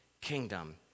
kingdom